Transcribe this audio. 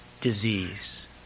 disease